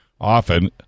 often